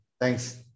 Thanks